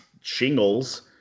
shingles